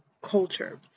culture